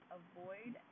avoid